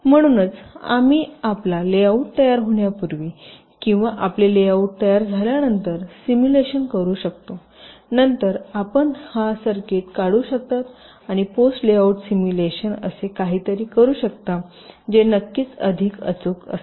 म्हणून आम्ही आपला लेआउट तयार होण्यापूर्वी किंवा आपले लेआउट तयार झाल्यानंतर सिम्युलेशन करू शकतो नंतर आपण हा सर्किट काढू शकता आणि पोस्ट लेआउट सिम्युलेशन असे काहीतरी करू शकता जे नक्कीच अधिक अचूक असेल